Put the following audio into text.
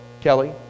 Kelly